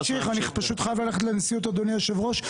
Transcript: אני פשוט חייב ללכת לנשיאות, אדוני היושב-ראש.